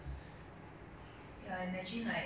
also so expensive uh how to afford few hundred K